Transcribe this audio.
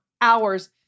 hours